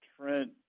Trent